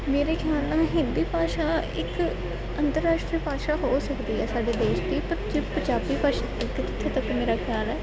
ਮੇਰੇ ਖਿਆਲ ਨਾਲ ਹਿੰਦੀ ਭਾਸ਼ਾ ਇੱਕ ਅੰਤਰਰਾਸ਼ਟਰੀ ਭਾਸ਼ਾ ਹੋ ਸਕਦੀ ਹੈ ਸਾਡੇ ਦੇਸ਼ ਦੀ ਪਰ ਜੇ ਪੰਜਾਬੀ ਭਾਸ਼ਾ ਜਿੱਥੇ ਤੱਕ ਮੇਰਾ ਖਿਆਲ ਹੈ